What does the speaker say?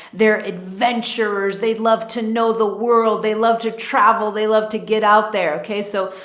they're adventurers. they'd love to know the world. they love to travel. they love to get out there. okay. so,